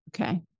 Okay